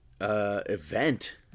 event